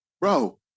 bro